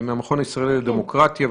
מהמכון הישראלי לדמוקרטיה,